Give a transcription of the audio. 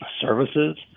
services